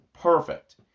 perfect